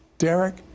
Derek